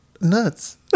nuts